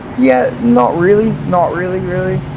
yeah, not really, not really, really.